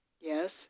Yes